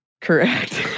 correct